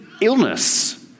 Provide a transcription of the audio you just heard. illness